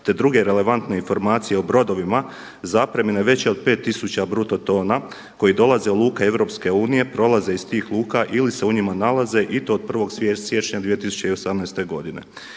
te druge relevantne informacije o brodovima zapremnine veće od pet tisuća bruto toga koji dolaze u luke EU, prolaze iz tih luka ili se u njima nalaze i to od 1. siječnja 2018. godine.